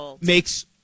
makes